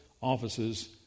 offices